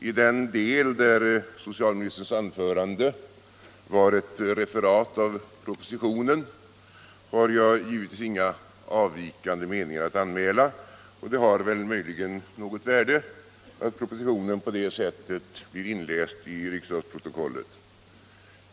I den del där socialministerns anförande var ett referat av propositionen har jag givetvis inga avvikande meningar att anmäla. Det har möjligen något värde att propositionen på det sättet blir inläst i riksdagsprotokollet.